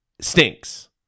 stinks